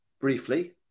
briefly